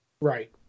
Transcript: Right